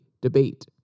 debate